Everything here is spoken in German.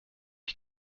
ich